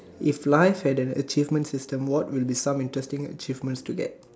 if life had an achievement system what will be something interesting achievements to get